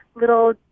little